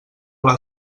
pla